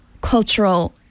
cultural